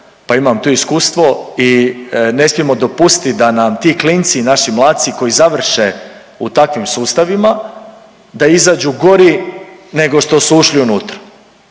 pa imam to iskustvo i ne smijemo dopustit da nam ti klinci, naši mladci koji završe u takvim sustavima da izađu gori nego što su ušli unutra